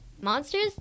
monsters